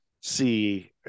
see